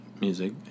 music